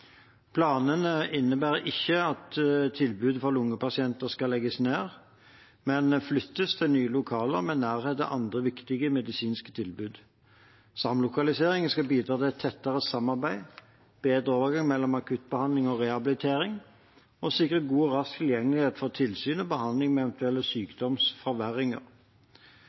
Planene innebærer ikke at tilbudet for lungepasienter skal legges ned, men flyttes til nye lokaler med nærhet til andre viktige medisinske tilbud. Samlokaliseringen skal bidra til et tettere samarbeid, bedre overgang mellom akuttbehandling og rehabilitering og sikre god og rask tilgjengelighet for tilsyn og behandling ved eventuelle